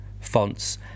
fonts